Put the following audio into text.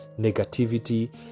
negativity